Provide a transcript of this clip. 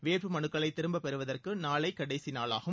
வேட்புமனுக்களை திரும்ப பெறுவதற்கு நாளை கடைசி நாளாகும்